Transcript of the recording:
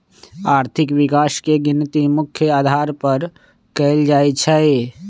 आर्थिक विकास के गिनती मुख्य अधार पर कएल जाइ छइ